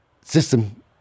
system